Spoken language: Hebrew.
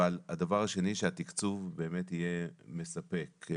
הדבר השני הוא שהתקצוב באמת יהיה מספק.